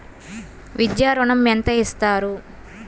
విద్యా ఋణం ఎంత ఇస్తారు?